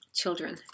children